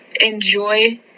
enjoy